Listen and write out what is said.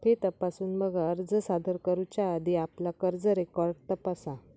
fee तपासून बघा, अर्ज सादर करुच्या आधी आपला कर्ज रेकॉर्ड तपासा